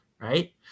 right